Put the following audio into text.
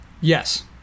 yes